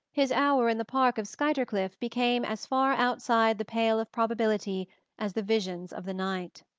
his hour in the park of skuytercliff became as far outside the pale of probability as the visions of the night.